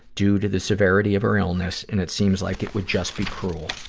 due to the severity of her illness, and it seems like it would just be cruel.